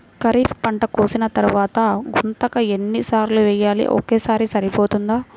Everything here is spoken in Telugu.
ఖరీఫ్ పంట కోసిన తరువాత గుంతక ఎన్ని సార్లు వేయాలి? ఒక్కసారి సరిపోతుందా?